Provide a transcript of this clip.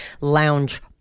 lounge